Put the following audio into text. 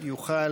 יוכל